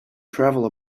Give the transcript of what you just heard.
travel